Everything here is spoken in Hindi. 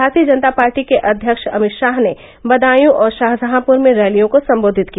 भारतीय जनता पार्टी के अध्यक्ष अमित शाह ने बदायू और शाहजहांपुर में रैलियों को संबोधित किया